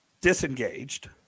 disengaged